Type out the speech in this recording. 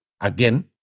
again